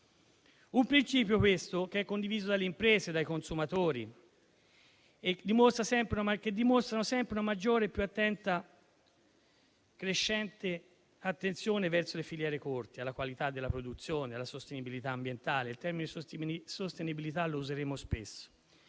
Un principio, questo, che è condiviso dalle imprese e dai consumatori, che dimostrano una sempre maggiore, più attenta e crescente attenzione verso le filiere corte, alla qualità della produzione e alla sostenibilità ambientale. Il termine sostenibilità lo useremo spesso,